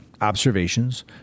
observations